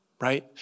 right